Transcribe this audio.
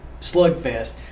slugfest